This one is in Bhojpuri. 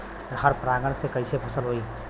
पर परागण से कईसे फसल होई?